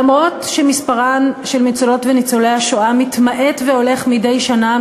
למרות שמספרם של ניצולות וניצולי השואה מתמעט והולך מדי שנה,